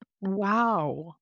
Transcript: wow